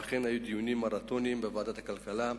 אכן, היו דיונים מרתוניים בוועדת הכלכלה.